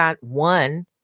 one